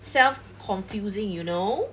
self confusing you know